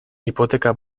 hipoteka